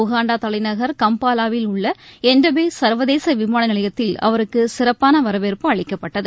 உகாண்டாதலைநகர் கம்பாலாவில் உள்ளஎன்டபேசர்வதேசவிமானநிலையத்தில் அவருக்குசிறப்பானவரவேற்பு அளிக்கப்பட்டது